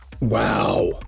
Wow